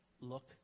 look